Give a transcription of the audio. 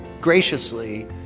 graciously